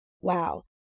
wow